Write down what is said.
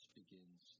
begins